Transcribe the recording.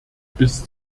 bis